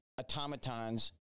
automatons